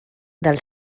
del